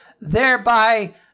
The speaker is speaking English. Thereby